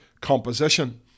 composition